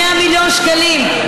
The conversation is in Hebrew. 100 מיליון שקלים,